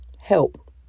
help